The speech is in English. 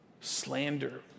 slander